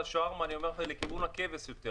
יותר לכיוון הכבש.